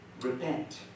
Repent